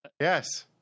Yes